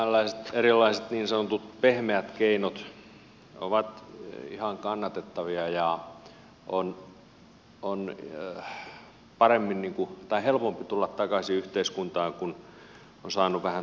tällaiset erilaiset niin sanotut pehmeät keinot ovat ihan kannatettavia ja on helpompi tulla takaisin yhteiskuntaan kun on saanut vähän tukea ja apua siinä